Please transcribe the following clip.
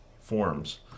forms